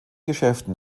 geschäften